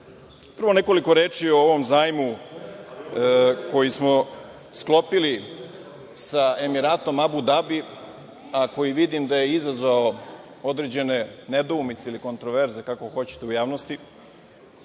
nekoliko reči o ovom zajmu koji smo sklopili sa Emiratom Abu Dabi, a koji vidim da je izazvao određene nedoumice ili kontroverze, kako hoćete, u javnosti. Prvo